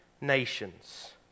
nations